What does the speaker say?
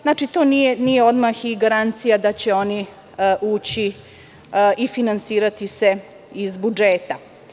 Znači, to nije odmah i garancija da će oni ući i finansirati iz budžeta.